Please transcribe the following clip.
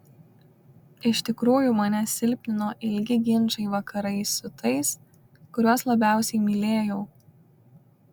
iš tikrųjų mane silpnino ilgi ginčai vakarais su tais kuriuos labiausiai mylėjau